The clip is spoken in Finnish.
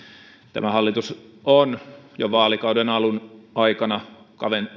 tämä hallitus on jo vaalikauden alun aikana